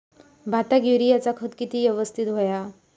भाताक युरियाचा खत किती यवस्तित हव्या?